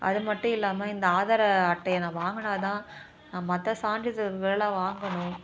அது மட்டும் இல்லாமல் இந்த ஆதார அட்டையை நான் வாங்குனால்தான் மற்ற சான்றிதல்களை வாங்கணும்